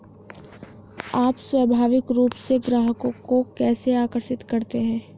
आप स्वाभाविक रूप से ग्राहकों को कैसे आकर्षित करते हैं?